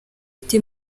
ufite